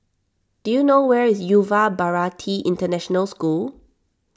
do you know where is Yuva Bharati International School